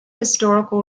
historical